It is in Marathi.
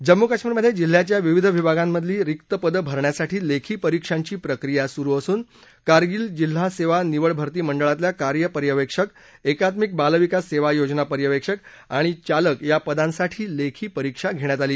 जम्मू कश्मीरमधे जिल्ह्याच्या विविध विभागांमधली रिक्त पदं भरण्यासाठी लेखी परीक्षांची प्रक्रिया सुरु असून कारगिल जिल्हा सेवा निवड भरती मंडळातल्या कार्य पर्यवेक्षक एकत्मिक बालविकास सेवा योजना पर्यवेक्षक आणि चालक या पदांसाठी लेखी परीक्षा घेण्यात आली